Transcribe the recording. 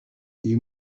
you